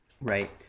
right